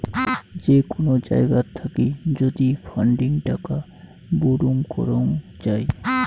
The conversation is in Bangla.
যে কোন জায়গাত থাকি যদি ফান্ডিং টাকা বুরুম করং যাই